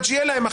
עד שיהיה להם,